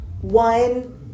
one